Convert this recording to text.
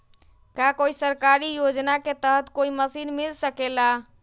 का कोई सरकारी योजना के तहत कोई मशीन मिल सकेला?